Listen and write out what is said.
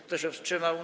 Kto się wstrzymał?